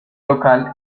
local